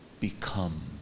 become